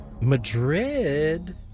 Madrid